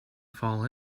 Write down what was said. fall